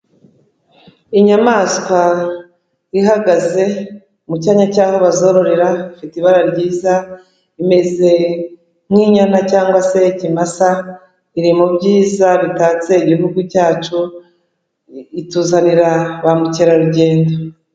Inyamaswa ihagaze mu cyanya cy'aho bazororera ifite ibara ryiza, imeze nk'inyana cyangwa se ikimasa iri mu byiza bitatse igihugu cyacu, ituzanira ba mukerarugendo.